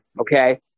Okay